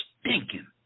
stinking